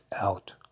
out